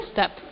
Step